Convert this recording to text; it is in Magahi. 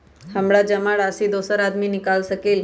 हमरा जमा राशि दोसर आदमी निकाल सकील?